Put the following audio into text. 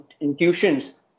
intuitions